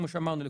כמו שאמרנו,